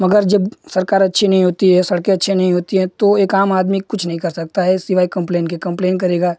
मगर जब सरकार अच्छी नहीं होती है सड़कें अच्छी नहीं होती हैं तो एक आम आदमी कुछ नहीं कर सकता है सिवाय कम्प्लेन के कम्प्लेन करेगा